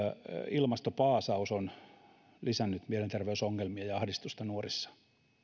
ilmastopaasaus on lisännyt mielenterveysongelmia ja ahdistusta nuorissa